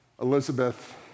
Elizabeth